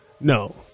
No